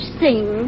sing